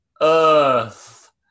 Earth